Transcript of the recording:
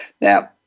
Now